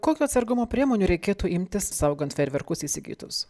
kokių atsargumo priemonių reikėtų imtis saugant fejerverkus įsigytus